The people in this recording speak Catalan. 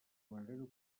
manera